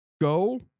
go